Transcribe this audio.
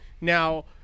Now